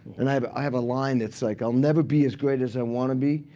and i have i have a line that's like, i'll never be as great as i want to be,